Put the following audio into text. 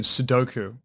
Sudoku